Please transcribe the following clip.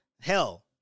hell